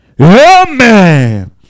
amen